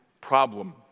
problem